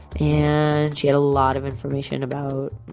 and she had a lot of information about,